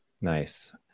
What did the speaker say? Nice